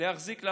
להחזיק אותו,